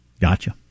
Gotcha